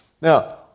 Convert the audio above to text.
Now